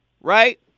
right